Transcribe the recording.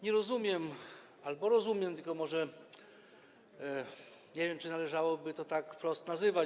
Nie rozumiem albo rozumiem, tylko może nie wiem, czy należałoby to tak wprost nazywać.